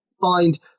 find